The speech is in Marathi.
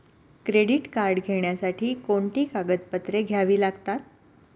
क्रेडिट कार्ड घेण्यासाठी कोणती कागदपत्रे घ्यावी लागतात?